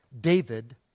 David